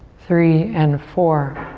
three and four.